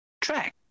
track